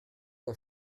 der